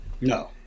No